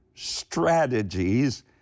strategies